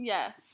Yes